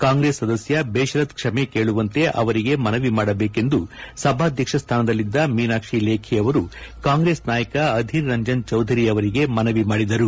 ಕಾಂಗ್ರೆಸ್ ಸದಸ್ಯ ಬೇಷರತ್ ಕ್ಷಮೆ ಕೇಳುವಂತೆ ಅವರಿಗೆ ಮನವಿ ಮಾಡಬೇಕೆಂದು ಸಭಾಧ್ಯಕ್ಷ ಸ್ವಾನದಲ್ಲಿದ್ದ ಮೀನಾಕ್ಷಿ ಲೇಖಿ ಅವರು ಕಾಂಗ್ರೆಸ್ ನಾಯಕ ಅಧೀರ್ ರಂಜನ್ ಚೌಧರಿ ಅವರಿಗೆ ಮನವಿ ಮಾಡಿದರು